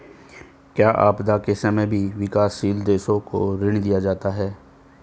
क्या आपदा के समय भी विकासशील देशों को ऋण दिया जाता है?